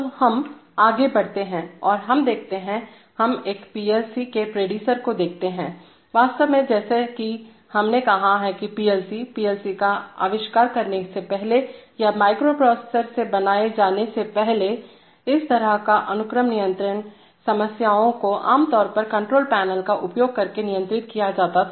तो हम आगे बढ़ते हैं और हम देखते हैं हम एक पीएलसी के प्रेडेसर को देखते हैं वास्तव में जैसा कि हमने कहा है कि पीएलसीपीएलसी का आविष्कार करने से पहले या माइक्रोप्रोसेसरों से बनाए जाने से पहले इस तरह के अनुक्रम नियंत्रण समस्याओं को आमतौर पर कंट्रोल पैनल का उपयोग करके नियंत्रित किया जाता था